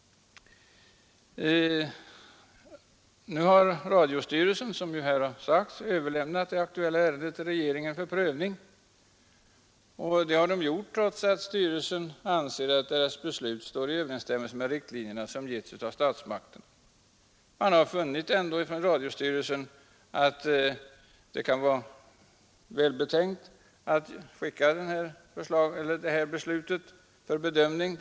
Nu har radiostyrelsen — som här sagts — överlämnat det aktuella ärendet till regeringen för prövning och man har gjort det trots att styrelsen anser att beslutet står i överensstämmelse med de riktlinjer som getts av statsmakterna. Sveriges Radios styrelse har ändå funnit att det kan vara välbetänkt att underställa regeringen det här beslutet för bedömning.